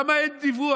למה אין דיווח?